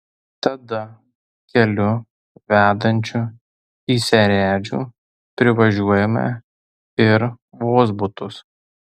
tada keliu vedančiu į seredžių privažiuojame ir vozbutus